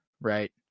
right